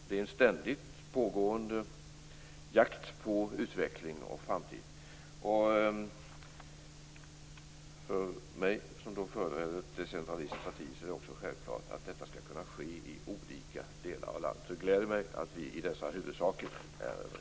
Det är en ständigt pågående jakt på utveckling och framtid. För mig som företräder ett decentralistiskt parti är det också självklart att detta skall kunna ske i olika delar av landet. Det gläder mig att vi är överens i dessa huvuddelar.